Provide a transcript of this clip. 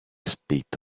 spit